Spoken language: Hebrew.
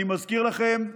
אני מזכיר לכם,